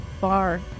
far